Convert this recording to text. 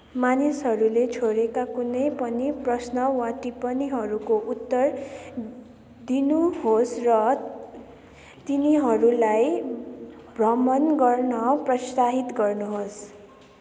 मानिसहरूले छोडेका कुनै पनि प्रश्न वा टिप्पणीहरूको उत्तर दिनुहोस् र तिनीहरूलाई भ्रमण गर्न प्रोत्साहित गर्नुहोस्